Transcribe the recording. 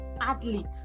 athlete